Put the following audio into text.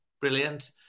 Brilliant